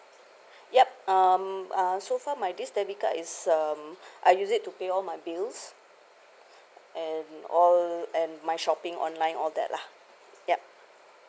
yup um uh so far my this debit card is um I use it to pay all my bills and all and my shopping online all that lah yup